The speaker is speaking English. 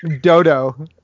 Dodo